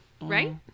Right